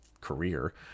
career